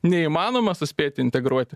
neįmanoma suspėti integruoti